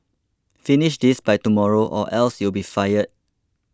finish this by tomorrow or else you'll be fired